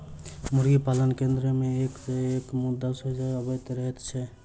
मुर्गी पालन केन्द्र मे एक सॅ एक मुद्दा सोझा अबैत रहैत छै